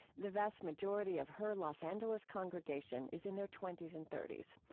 the vast majority of her los angeles congregation is in their twenty s and thirty s.